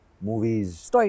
movies